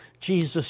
Jesus